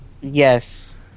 Yes